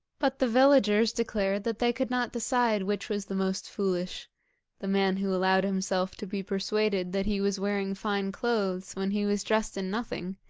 but the villagers declared that they could not decide which was the most foolish the man who allowed himself to be persuaded that he was wearing fine clothes when he was dressed in nothing,